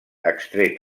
extret